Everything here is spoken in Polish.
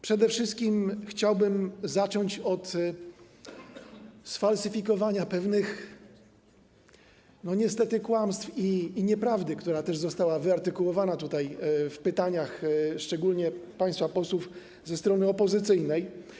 Przede wszystkim chciałbym zacząć od sfalsyfikowania pewnych niestety kłamstw i nieprawdy, która też została wyartykułowana tutaj w pytaniach, szczególnie przez państwa posłów ze strony opozycyjnej.